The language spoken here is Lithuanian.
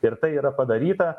ir tai yra padaryta